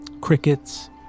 Crickets